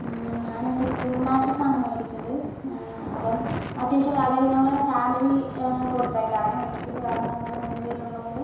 ഞാൻ മറ്റെ spring mattress ആണ് മേടിച്ചത് അപ്പം അത്യാവശ്യം അതായത് ഞങ്ങൾ ഫാമിലി കോട്ട് ബെഡ് ആണ് മേടിച്ചത് കാരണം ഞങ്ങൾ മൂന്നുപേര് ഉള്ളതുകൊണ്ട്